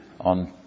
on